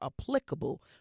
applicable